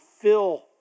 fill